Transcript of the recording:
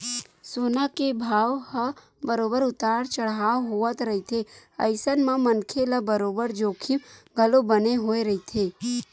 सोना के भाव ह बरोबर उतार चड़हाव होवत रहिथे अइसन म मनखे ल बरोबर जोखिम घलो बने होय रहिथे